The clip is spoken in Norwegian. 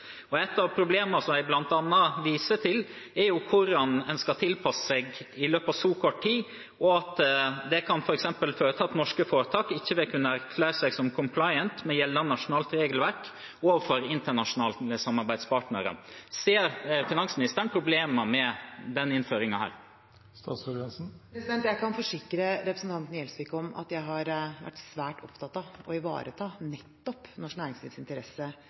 og nye forskrifter.» Et av problemene som de bl.a. viser til, er hvordan en skal tilpasse seg i løpet av så kort tid, og at det f.eks. kan føre til at norske foretak ikke vil kunne erklære seg som «compliant» med gjeldende nasjonalt regelverk overfor internasjonale samarbeidspartnere. Ser finansministeren problemer med denne innføringen? Jeg kan forsikre representanten Gjelsvik om at jeg har vært svært opptatt av å ivareta nettopp norsk næringslivs interesse